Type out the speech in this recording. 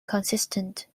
consistent